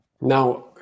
Now